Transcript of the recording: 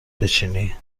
بچینی